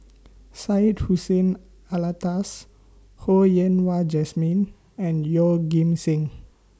Syed Hussein Alatas Ho Yen Wah Jesmine and Yeoh Ghim Seng